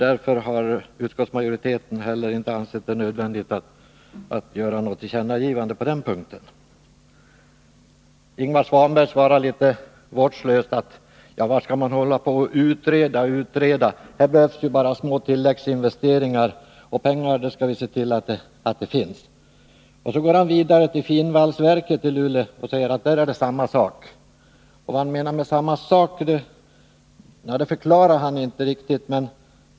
Därför har utskottsmajoriteten heller inte ansett det nödvändigt att göra något tillkännagivande på den punkten. Ingvar Svanberg undrar litet vårdslöst varför man skall hålla på och utreda och utreda. Här behövs ju bara små tilläggsinvesteringar, och pengar skall man se till att det finns. Sedan övergår han till att tala om finvalsverket i Luleå och säger att där gäller det samma sak. Vad han menar med ”samma sak” ger han ingen riktig förklaring till.